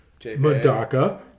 Madaka